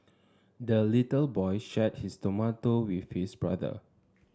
the little boy shared his tomato with his brother